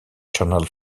channel